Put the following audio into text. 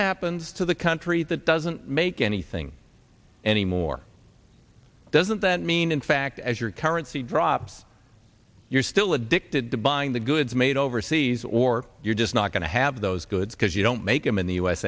happens to the country that doesn't make anything anymore doesn't that mean in fact as your currency drops you're still addicted to buying the goods made overseas or you're just not going to have those goods because you don't make them in the u